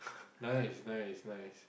nice nice nice